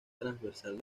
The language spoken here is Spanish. transversal